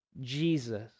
Jesus